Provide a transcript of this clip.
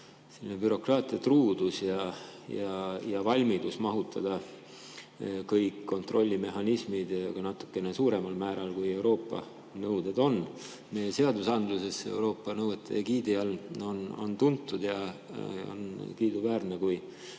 bürokraatiatruudus ja valmidus mahutada kõik kontrollimehhanismid ka natukene suuremal määral, kui Euroopa nõuded on, meie seadusandlusesse Euroopa nõuete egiidi all, on tuntud. Ja on kiiduväärne, kui